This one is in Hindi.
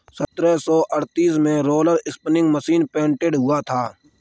सत्रह सौ अड़तीस में रोलर स्पीनिंग मशीन का पेटेंट हुआ था